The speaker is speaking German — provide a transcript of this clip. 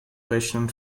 rechnen